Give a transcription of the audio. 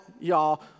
y'all